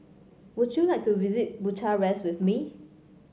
would you like to visit Bucharest with me